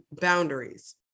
boundaries